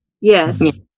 Yes